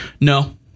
No